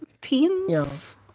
teens